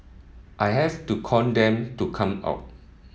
I have to con them to come out